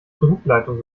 druckleitung